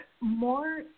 more